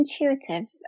intuitive